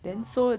ya